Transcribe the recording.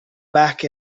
back